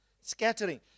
scattering